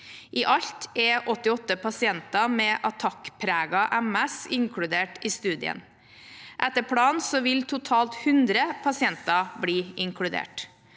I alt er 88 pasienter med attakkpreget MS inkludert i studien. Etter planen vil totalt 100 pasienter bli inkludert.